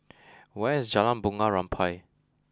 where is Jalan Bunga Rampai